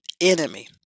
enemy